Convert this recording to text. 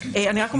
אני רק אומר,